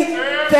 צא בחוץ.